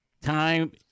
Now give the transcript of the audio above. time